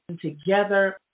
together